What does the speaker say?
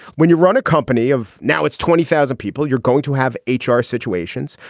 when you run a company of now it's twenty thousand people, you're going to have h r. situations.